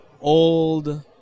old